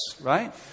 right